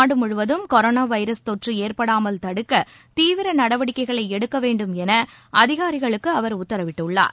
நாடுமுழுவதும் கொரோனாவைரஸ் தொற்றுஏற்படாமல் தடுக்கதீவிரநடவடிக்கைகளைஎடுக்கவேண்டும் எனஅதிகாரிகளுக்குஅவர் உத்தரவிட்டுள்ளார்